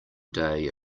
day